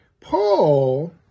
Paul